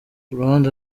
uruhande